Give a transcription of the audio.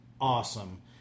awesome